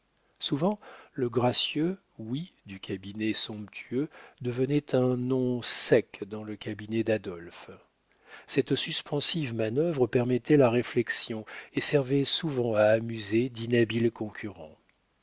souvent le gracieux oui du cabinet somptueux devenait un non sec dans le cabinet d'adolphe cette suspensive manœuvre permettait la réflexion et servait souvent à amuser d'inhabiles concurrents